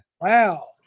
Wow